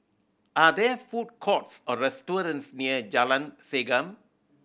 are there food courts or restaurants near Jalan Segam